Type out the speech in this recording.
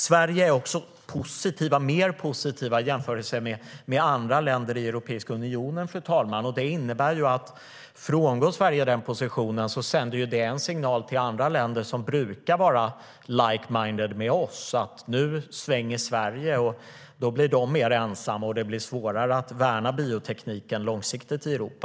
Sverige är också mer positivt i jämförelse med andra länder i Europeiska unionen, och det innebär att om Sverige frångår den positionen sänder det ju en signal till andra länder som brukar vara like-minded med oss om att Sverige svänger. Då blir dessa länder mer ensamma, och det blir svårare att värna biotekniken långsiktigt i Europa.